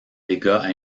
dégâts